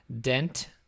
dent